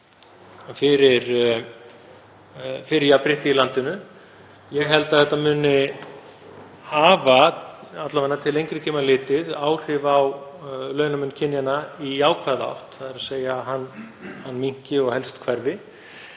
fyrir jafnrétti í landinu. Ég held að þetta muni hafa, alla vega til lengri tíma litið, áhrif á launamun kynjanna í jákvæða átt, þ.e. að hann minnki og helst hverfi.